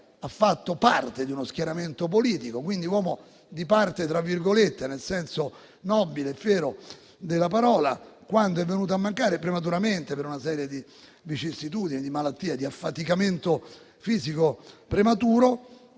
ha fatto parte di uno schieramento politico: quindi era uomo di parte nel senso nobile e fiero della parola. Quando è venuto a mancare prematuramente, a causa di una serie di vicissitudini, di malattie e di affaticamento fisico precoce,